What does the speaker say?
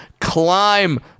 climb